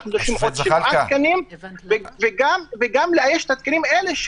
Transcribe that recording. אנחנו דורשים עוד שבעה תקנים וגם לאייש את התקנים האלה,